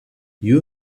you